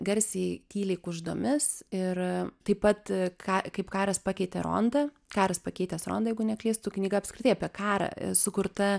garsiai tyliai kuždomis ir taip pat ką kaip karas pakeitė rondą karas pakeitęs rondą jeigu neklystu knyga apskritai apie karą sukurta